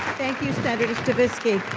thank you, senator stavisky.